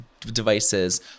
devices